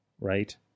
right